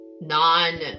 non